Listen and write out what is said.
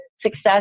success